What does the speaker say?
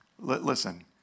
Listen